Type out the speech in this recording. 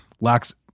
lacks